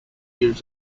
used